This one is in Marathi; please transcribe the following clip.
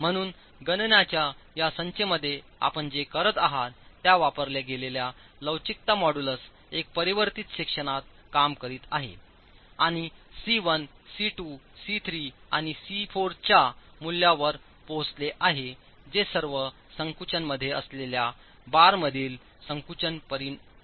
म्हणूनगणनाच्याया संचामध्ये आपण जे करत आहात त्या वापरल्या गेलेल्या लवचिकता मॉड्यूलस एक परिवर्तित सेक्शनात काम करीत आहे आणि सी 1 सी 2 सी 3आणि सी 4च्या मूल्यावर पोहचले आहेजे सर्व संकुचनमध्ये असलेल्या बारमधील संकुचन परिणाम आहेत